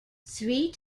three